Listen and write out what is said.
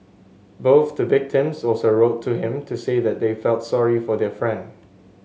both the victims also wrote to him to say that they felt sorry for their friend